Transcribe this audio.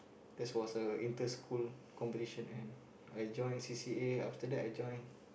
there's was a inter school competition and I join c_c_a after that I join